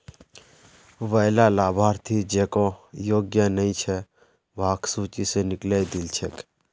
वैला लाभार्थि जेको योग्य नइ छ वहाक सूची स निकलइ दिल छेक